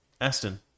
Aston